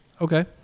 Okay